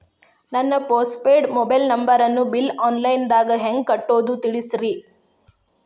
ನನ್ನ postpaid mobile ನಂಬರನ್ನು bill online ದಾಗ ಹೆಂಗ್ ಕಟ್ಟೋದು ತಿಳಿಸ್ರಿ